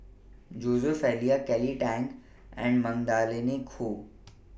Joseph Elias Kelly Tang and Magdalene Khoo